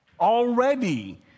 already